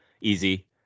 Easy